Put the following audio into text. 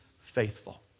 faithful